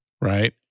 right